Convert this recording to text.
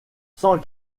cent